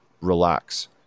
relax